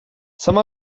some